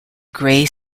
grey